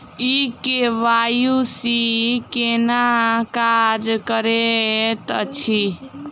ई KYC केना काज करैत अछि?